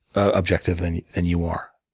ah objective and than you are.